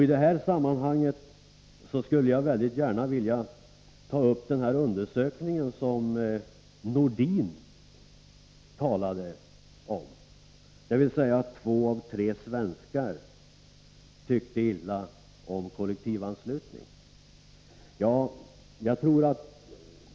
I det här sammanhanget skulle jag gärna vilja beröra den undersökning som Sven-Erik Nordin talade om och som visade att två av tre svenskar tyckte illa om kollektivanslutning.